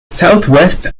southwest